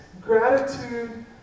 gratitude